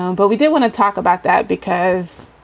um but we did want to talk about that because,